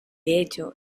hecho